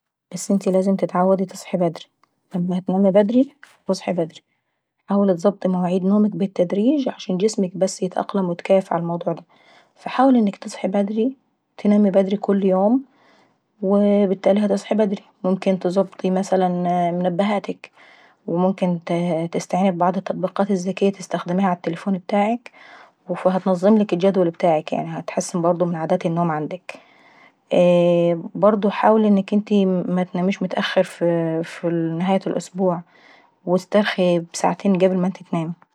بس انتي لازم تتعودي تصحي بدراي، لما تنامي بدراي هتصحي بدراي. حاولي اتظبطي مواعيد نومك بالتدريج عشان جسمك بس يتكيف ويتأقلم ع الموضوع دي. فحاولي انك تصحي بدراي، وتنامي بدري كل يوم، ووو بالتال هتصحي بدراي. ممكن تظبطي مثلا منبهاتك ، وممكن تستعيني ببعض التطبيقات الذكية اللي بتحمليها ع التلفون ابتاعك وهتنظملك الجدول ابتاعك يعني، وبتحسن عادات النوم عندك. برضو حاولي انك انتي متناميش متأخر في نهاية الاسبوع واسترخي ساعتين قبل مانتي تناماي.